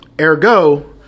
ergo